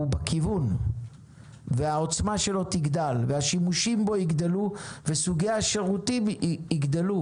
בכיוון והעוצמה שלו תגדל והשימושים בו יגדלו וסוגי השירותים יגדלו.